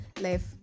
life